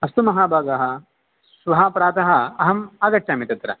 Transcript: अस्तु महाभागाः श्वः प्रातः अहं आगच्छामि तत्र